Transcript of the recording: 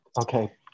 Okay